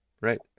right